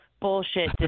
bullshit